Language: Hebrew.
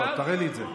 לא, תראה לי את זה.